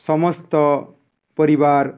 ସମସ୍ତ ପରିବାର